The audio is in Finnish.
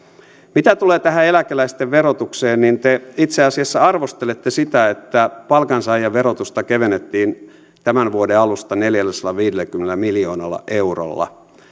mitä tulee tähän eläkeläisten verotukseen niin te itse asiassa arvostelette sitä että palkansaajien verotusta kevennettiin tämän vuoden alusta neljälläsadallaviidelläkymmenellä miljoonalla eurolla